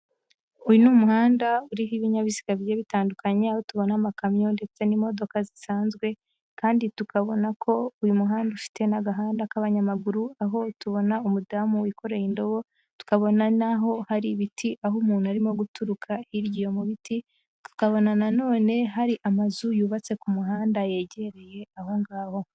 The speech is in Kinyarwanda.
Uyu ni umuhanda uriho ibinyabiziga bigiye bitandukanye, aho tubona amakamyo ndetse n'imodoka zisanzwe, kandi tukabona ko uyu muhanda ufite n'agahanda k'abanyamaguru, aho tubona umudamu wikoreye indobo, tukabona n'aho hari ibiti, aho umuntu arimo guturuka hirya iyo mu biti, tukabona na none hari amazu yubatse ku muhanda yegereye aho ngaho.